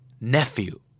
Nephew